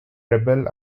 rebel